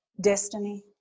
Destiny